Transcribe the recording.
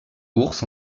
ours